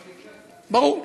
ברור.